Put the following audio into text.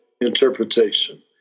interpretation